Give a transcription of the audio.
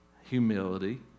humility